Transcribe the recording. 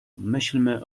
myślmy